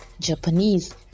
Japanese